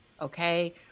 okay